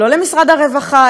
לא למשרד הרווחה,